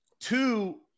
Two